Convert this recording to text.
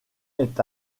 est